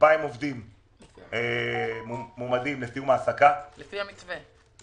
עובדים מועמדים לסיום העסקה לפי המתווה,